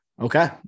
Okay